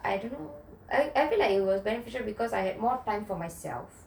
I don't know I I feel like it was beneficial because I had more time for myself